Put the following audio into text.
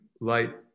light